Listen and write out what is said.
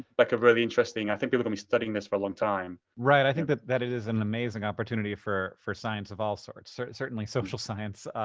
like a really interesting. i think people are gonna be studying this for a long time. right, i think that that it is an amazing opportunity for for science of all sorts. certainly social science.